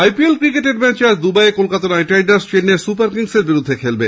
আইপিএলের ম্যাচে আজ দুবাইয়ে Kolkata Knight Riders Chennai Super কিংসের বিরুদ্ধে খেলবে